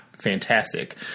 fantastic